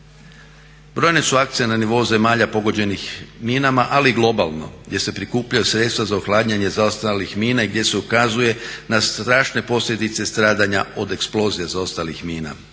Brojne su akcije na nivou zemalja pogođenih mina ali i globalno gdje se prikupljaju sredstva za uklanjanje zaostalih mina i gdje se ukazuje na strašne posljedice stradanja od eksplozije zaostalih mina.